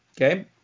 Okay